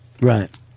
Right